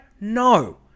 No